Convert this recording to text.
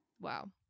Wow